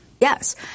Yes